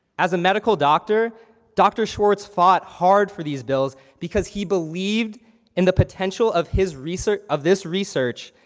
as a medical doctor doctor schwartz fought hard for these bills, because he believed in the potential of his research of this research,